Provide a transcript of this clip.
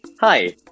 Hi